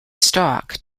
stock